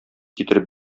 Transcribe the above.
китереп